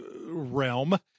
realm